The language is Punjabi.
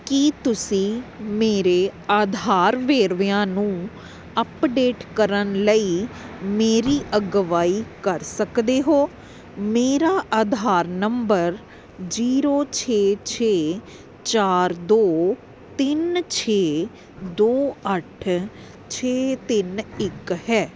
ਕੀ ਤੁਸੀਂ ਮੇਰੇ ਆਧਾਰ ਵੇਰਵਿਆਂ ਨੂੰ ਅੱਪਡੇਟ ਕਰਨ ਲਈ ਮੇਰੀ ਅਗਵਾਈ ਕਰ ਸਕਦੇ ਹੋ ਮੇਰਾ ਆਧਾਰ ਨੰਬਰ ਜੀਰੋ ਛੇ ਛੇ ਚਾਰ ਦੋ ਤਿੰਨ ਛੇ ਦੋ ਅੱਠ ਛੇ ਤਿੰਨ ਇੱਕ ਹੈ